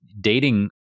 dating